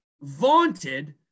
vaunted